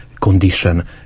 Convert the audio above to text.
condition